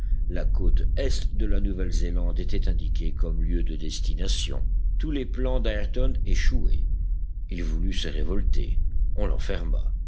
la côte est de la nouvelle zélande était indiquée comme lieu de destination tous les plans d'ayrton échouaient il voulut se révolter on l'enferma